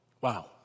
Wow